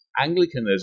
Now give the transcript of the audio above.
Anglicanism